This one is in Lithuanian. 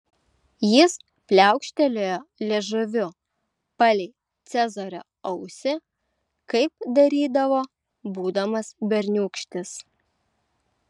jis pliaukštelėjo liežuviu palei cezario ausį kaip darydavo būdamas berniūkštis